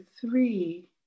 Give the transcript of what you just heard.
three